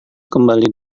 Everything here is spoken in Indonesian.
kembali